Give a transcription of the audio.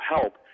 help